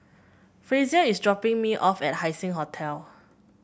Frazier is dropping me off at Haising Hotel